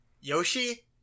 Yoshi